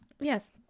Yes